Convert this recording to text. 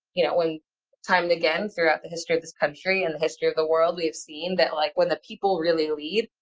you know, when time and again throughout the history of this country and the history of the world, we've seen that like when the people really lead,